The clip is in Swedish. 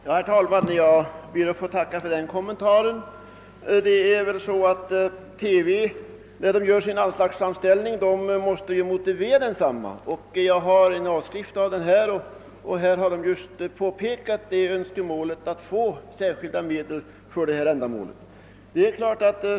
Herr talman! Jag ber att få tacka för denna kommentar som jag uppfattar som ett medgivande att anslaget icke är tillräckligt. När Sveriges Radio och TV gör sin anslagsframställning måste de motivera sina behov. Jag har här en avskrift av petita för 1968/69, där Sveriges Radio har äskat de särskilda medel på 3 milj.kr.nor som jag redan framhållit.